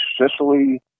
Sicily